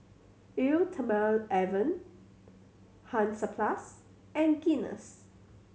Eau Thermale Avene Hansaplast and Guinness